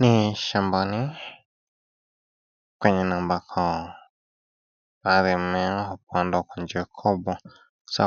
Ni shambani kwenye na ambako mimea imepandwa